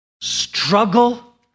struggle